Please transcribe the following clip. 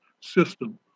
system